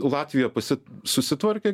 latvija pasit susitvarkė